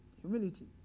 Humility